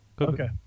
okay